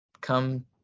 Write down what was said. come